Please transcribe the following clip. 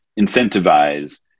incentivize